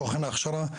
תוכן ההכשרה.